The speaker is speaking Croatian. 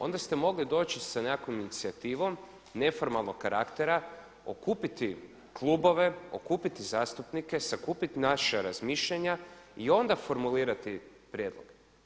Onda ste mogli doći sa nekakvom inicijativom neformalnog karaktera, okupiti klubove, okupiti zastupnike, sakupiti naša razmišljanja i onda formulirati prijedlog.